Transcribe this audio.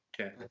Okay